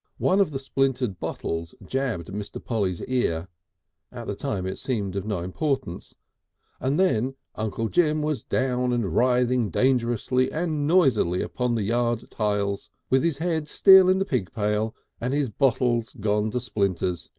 one of the splintered bottles jabbed mr. polly's ear at the time it seemed of no importance and then uncle jim was down and writhing dangerously and noisily upon the yard tiles, with his head still in the pig pail and his bottles gone to splinters,